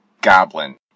Goblin